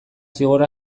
zigor